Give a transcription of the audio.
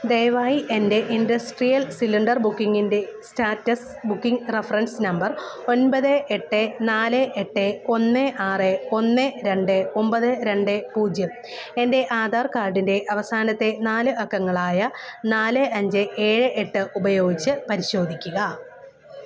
ദയവായി എൻ്റെ industrial cylinder ബുക്കിംഗിൻ്റെ സ്റ്റാറ്റസ് ബുക്കിംഗ് റഫറൻസ് നമ്പർ ഒൻപത് എട്ട് നാല് എട്ട് ഒന്ന് ആറ് ഒന്ന് രണ്ട് ഒമ്പത് രണ്ട് പൂജ്യം എൻ്റെ ആധാർ കാർഡിൻ്റെ അവസാനത്തെ നാല് അക്കങ്ങളായ നാല് അഞ്ച് ഏഴ് എട്ട് ഉപയോഗിച്ചു പരിശോധിക്കുക